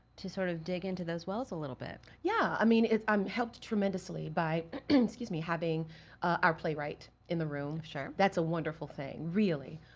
to sort of dig into those wells a little bit? yeah, i mean, i'm helped tremendously, by, and excuse me, having our play write in the room. sure. that's a wonderful thing, really.